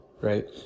right